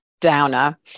downer